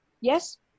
yes